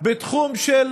בתחום של